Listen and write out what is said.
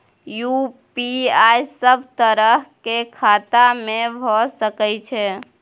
UPI सब तरह के खाता में भय सके छै?